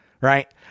Right